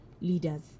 leaders